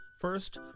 first